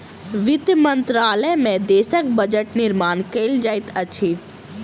वित्त मंत्रालय में देशक बजट निर्माण कयल जाइत अछि